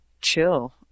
chill